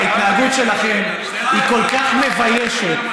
ההתנהגות שלכם היא כל כך מביישת,